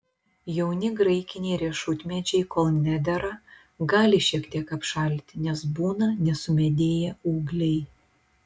jauni graikiniai riešutmedžiai kol nedera gali šiek tiek apšalti nes būna nesumedėję ūgliai